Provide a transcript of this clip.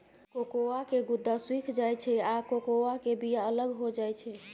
cocoa के गुद्दा सुइख जाइ छइ आ कोकोआ के बिया अलग हो जाइ छइ